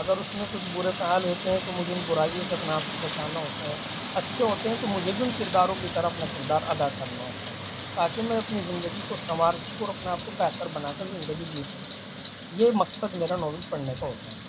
اگر اس میں کچھ برے فعال ہوتے ہیں تو مجھے ان برائیوں سے اپنے آپ کو بچانا ہوتا ہے اچھے ہوتے ہیں تو مجھے بھی ان کرداروں کی طرح اپنا کردار ادا کرنا ہوتا ہے تاکہ میں اپنی زندگی کو سنوار سکوں اور اپنے آپ کو بہتر بنا کر زندگی جی سکوں یہ مقصد میرا ناول پڑھنے کا ہوتا ہے